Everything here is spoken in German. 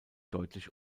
deutlich